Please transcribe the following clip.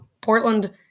Portland